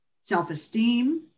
self-esteem